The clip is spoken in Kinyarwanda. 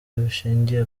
bishingiye